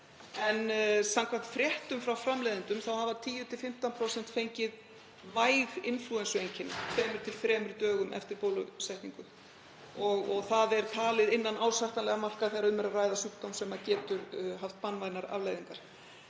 en samkvæmt fréttum frá framleiðendum hafa 10–15% fengið væg inflúensueinkenni tveimur til þremur dögum eftir bólusetningu. Það er talið innan ásættanlegra marka þegar um er að ræða sjúkdóm sem haft getur banvænar afleiðingar.